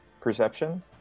Perception